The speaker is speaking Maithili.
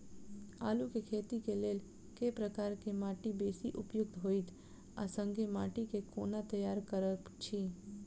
आलु केँ खेती केँ लेल केँ प्रकार केँ माटि बेसी उपयुक्त होइत आ संगे माटि केँ कोना तैयार करऽ छी?